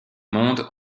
monde